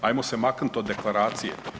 Hajmo se maknut od Deklaracije.